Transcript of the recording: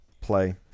Play